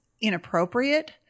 inappropriate